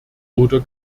oder